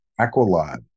Aqualad